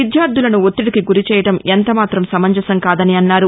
విద్యార్థలను ఒత్తిడికి గురిచేయడం ఎంతమాతం సమంజసం కాదని అన్నారు